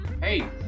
hey